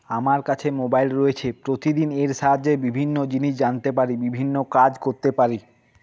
আমার কাছে মোবাইল রয়েছে প্রতিদিন এর সাহায্যে বিভিন্ন জিনিস জানতে পারি বিভিন্ন কাজ করতে পারি